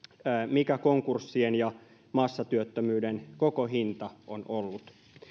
mikä konkurssien ja massatyöttömyyden koko hinta on ollut